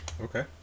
Okay